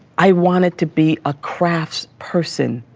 i wanted to be a crafts person.